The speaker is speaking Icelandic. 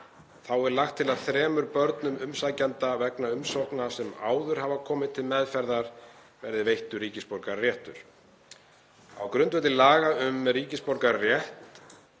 er lagt til þremur börnum umsækjenda vegna umsókna sem áður hafa komið til meðferðar verði veittur ríkisborgararéttur. Á grundvelli laga um ríkisborgararétt